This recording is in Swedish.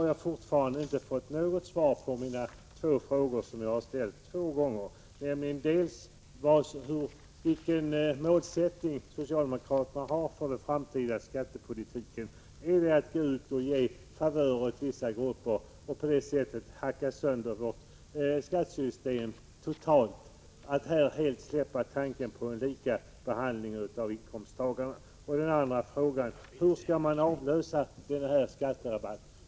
Jag har ännu inte fått något svar på de två frågor som jag ställt två gånger och som gäller dels vilken målsättning socialdemokraterna har för den framtida skattepolitiken när man ger favörer åt vissa grupper och på det sättet totalt hackar sönder vårt skattesystem och helt släpper tanken på en lika behandling av inkomsttagarna, dels hur man skall avlösa denna skatterabatt.